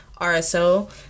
RSO